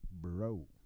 bro